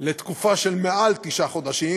לתקופה של מעל תשעה חודשים,